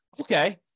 Okay